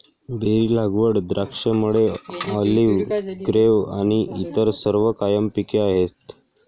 berry लागवड, द्राक्षमळे, olive grove आणि इतर सर्व कायम पिके आहेत